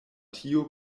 tio